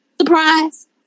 Surprise